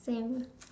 same